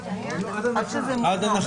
חברים, תודה, בדיון נעול.